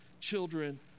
children